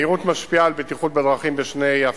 מהירות משפיעה על בטיחות בדרכים בשני אפיקים: